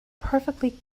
perfectly